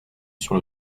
sur